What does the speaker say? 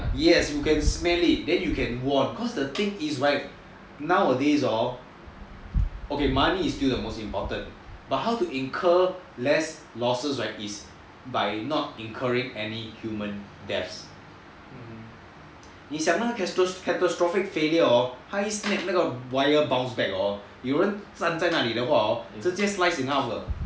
yes you can smell it then you can warn cause the thing is right nowadays hor okay money is still the most important but how to incur less losses right is by not incurring any human deaths 你讲那个 catastrophic failure hor 他一 snap 那个 wire bounce back hor 有人站在那里的话 hor 直接 slice in half 的